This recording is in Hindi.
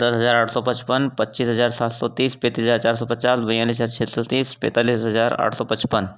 दस हजार आठ सौ पचपन पच्चीस हजार सात सौ तीस पैंतीस हजार चार सौ पचास बयालीस हजार छः सौ तीस पैंतालीस हजार आठ सौ पचपन